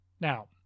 Now